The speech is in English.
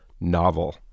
novel